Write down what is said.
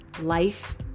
life